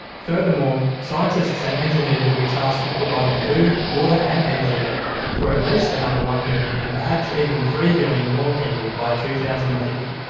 furthermore, scientists and engineers will be tasked with providing food, water and energy for at least another one billion and perhaps even three billion more people by two thousand and fifty,